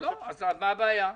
אז מה הבעיה?